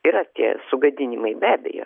yra tie sugadinimai be abejo